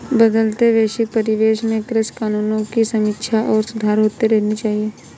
बदलते वैश्विक परिवेश में कृषि कानूनों की समीक्षा और सुधार होते रहने चाहिए